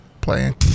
playing